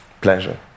pleasure